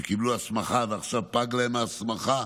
שקיבלו הסמכה ועכשיו פגה להן ההסמכה,